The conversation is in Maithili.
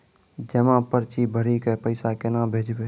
जमा पर्ची भरी के पैसा केना भेजबे?